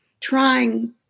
trying